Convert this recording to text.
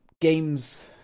games